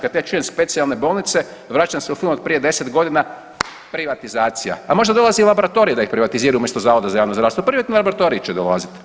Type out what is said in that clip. Kad ja čujem specijalne bolnice vraćam se u film od prije deset godina, privatizacija, a možda dolazi i laboratorij da ih privatizira umjesto Zavoda za javno zdravstvo, privatni laboratoriji će dolazit.